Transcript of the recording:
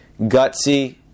gutsy